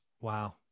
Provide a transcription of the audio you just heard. Wow